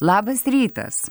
labas rytas